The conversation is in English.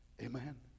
Amen